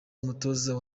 umutoza